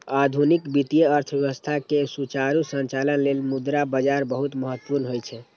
आधुनिक वित्तीय अर्थव्यवस्था के सुचारू संचालन लेल मुद्रा बाजार बहुत महत्वपूर्ण होइ छै